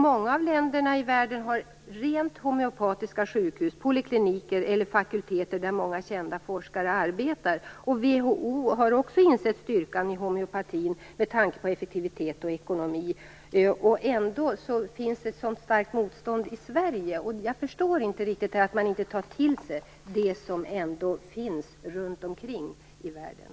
Många länder i världen har också rent homeopatiska sjukhus, polikliniker eller fakulteter där många kända forskare arbetar. WHO har också insett styrkan i homeopatin med tanke på effektivitet och ekonomi. Trots detta finns det ett så starkt motstånd i Sverige. Jag förstår inte riktigt att man inte tar till sig det som finns runt omkring i världen.